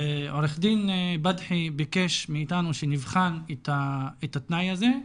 ועורך דין בדחי ביקש מאיתנו שנבחן את התנאי הזה,